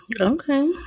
okay